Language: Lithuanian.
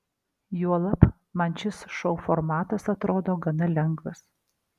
juolab man šis šou formatas atrodo gana lengvas